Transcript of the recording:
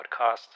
podcast